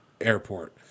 Airport